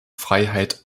freiheit